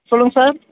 சொல்லுங்கள் சார்